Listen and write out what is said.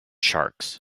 sharks